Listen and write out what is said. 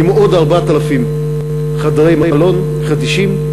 עם עוד 4,000 חדרי מלון חדישים,